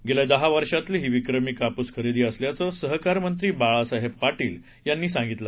गेल्या दहा वर्षातली ही विक्रमी कापूस खरेदी असल्याचं सहकार मंत्री बाळासाहेब पाटील यांनी सांगितलं